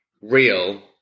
real